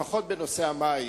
לפחות בנושא המים,